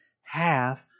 half